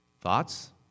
Thoughts